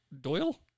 Doyle